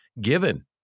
given